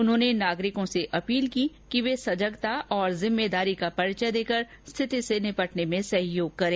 उन्होंने नागरिकों से अपील की कि वे सजगता और जिम्मेदारी का परिचय देकर रिथति से निपटने में सहयोग करें